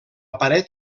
paret